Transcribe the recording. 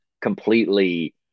Completely